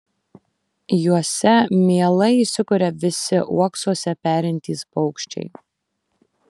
juose mielai įsikuria visi uoksuose perintys paukščiai